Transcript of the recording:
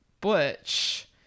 butch